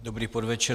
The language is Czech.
Dobrý podvečer.